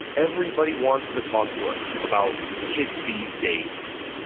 everybody wants to talk to us about kids these days,